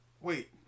Wait